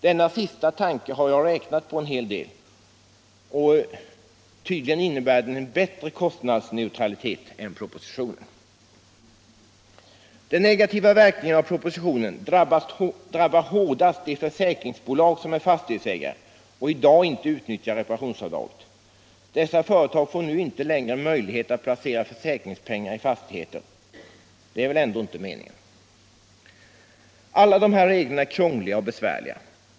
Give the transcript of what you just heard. Denna sista tanke har jag räknat på en del, och den innebär tydligen en bättre kostnadsneutralitet än propositionens förslag. De negativa verkningarna av propositionen drabbar hårdast de försäkringsbolag som är fastighetsägare och i dag inte utnyttjar reparationsavdraget. Dessa företag får nu inte längre möjlighet att placera försäkringspengar i fastigheter. Det var väl ändå inte meningen! Alla de här reglerna är krångliga och besvärliga.